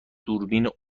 دوربین